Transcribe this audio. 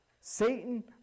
Satan